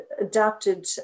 adapted